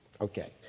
Okay